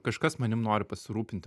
kažkas manim nori pasirūpinti